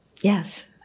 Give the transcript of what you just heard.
Yes